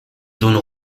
zones